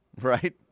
right